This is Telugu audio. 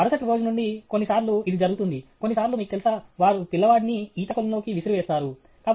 మరుసటి రోజు నుండి కొన్నిసార్లు ఇది జరుగుతుంది కొన్నిసార్లు మీకు తెలుసా వారు పిల్లవాడిని ఈత కొలనులోకి విసిరివేస్తారు